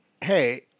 hey